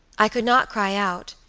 i could not cry out,